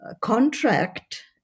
contract